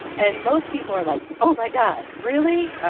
and most people are like, oh, my god, really?